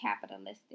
capitalistic